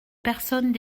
personnes